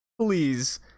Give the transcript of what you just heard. please